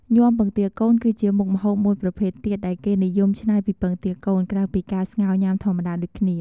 ញាំពងទាកូន គឺជាម្ហូបមួយប្រភេទទៀតដែលគេនិយមច្នៃពីពងទាកូន ក្រៅពីការស្ងោរញ៉ាំធម្មតាដូចគ្នា។